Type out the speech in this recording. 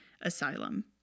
asylum